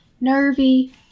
nervy